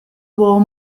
wore